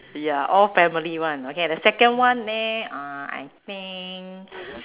ya all family one okay the second one leh I think